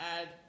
add